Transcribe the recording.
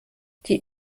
die